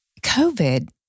COVID